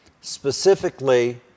specifically